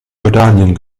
jordanien